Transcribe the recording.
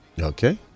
Okay